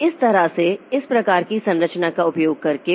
तो इस तरह से इस प्रकार की संरचना का उपयोग करके